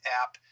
app